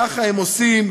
ככה הם עושים,